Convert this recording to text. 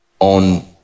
on